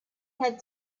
had